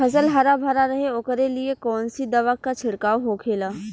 फसल हरा भरा रहे वोकरे लिए कौन सी दवा का छिड़काव होखेला?